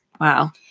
Wow